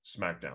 SmackDown